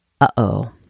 Uh-oh